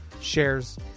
shares